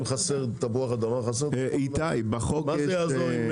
אם תפוח אדמה חסר מה זה יעזור?